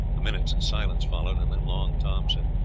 a minute's silence followed, and then long tom said,